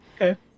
Okay